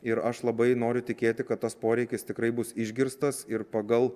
ir aš labai noriu tikėti kad tas poreikis tikrai bus išgirstas ir pagal